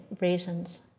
reasons